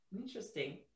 Interesting